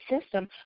system